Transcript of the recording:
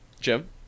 Jim